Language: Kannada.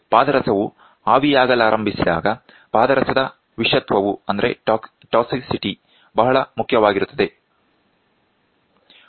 ಪಾದರಸವು ಆವಿಯಾಗಲಾರಂಭಿಸಿದಾಗ ಪಾದರಸದ ವಿಷತ್ವವು ಬಹಳ ಮುಖ್ಯವಾಗಿರುತ್ತದೆ